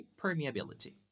permeability